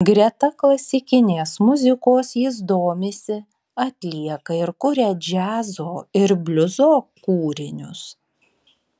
greta klasikinės muzikos jis domisi atlieka ir kuria džiazo ir bliuzo kūrinius